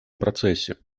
процессе